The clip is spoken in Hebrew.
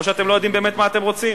או שאתם לא יודעים באמת מה אתם רוצים,